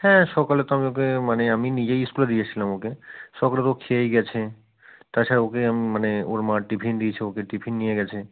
হ্যাঁ সকালে তো আমি ওকে মানে আমি নিজেই স্কুলে দিয়ে এসেছিলাম ওকে সকালে তো ও খেয়েই গেছে তাছাড়া ওকে মানে ওর মা টিফিন দিয়েছে ওকে টিফিন নিয়ে গেছে